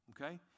Okay